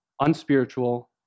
unspiritual